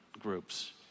groups